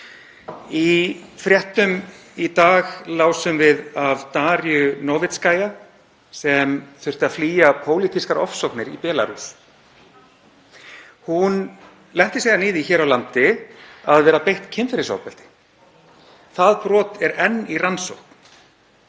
Í fréttum í dag lásum við um Dariu Novitskayu sem þurfti að flýja pólitískar ofsóknir í Belarús. Hún lenti síðan í því hér á landi að vera beitt kynferðisofbeldi. Það brot er enn í rannsókn.